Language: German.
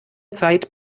zeit